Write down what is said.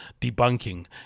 debunking